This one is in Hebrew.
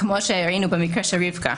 כמו שראינו במקרה של רבקה,